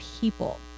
people